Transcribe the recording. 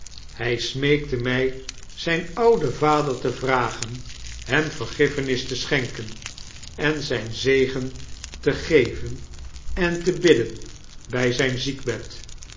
hij smeekke mij zijn widen vader te vragen hem vergiffenis te schenken en zijn zegen te geven en te bidden bij zijn ziekbed